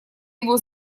его